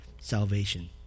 salvation